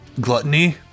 Gluttony